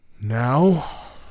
Now